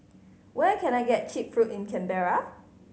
where can I get cheap food in Canberra